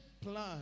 plan